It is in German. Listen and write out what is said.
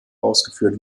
ausgeführt